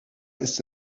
ist